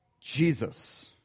Jesus